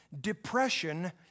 depression